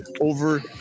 over